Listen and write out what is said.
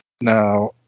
Now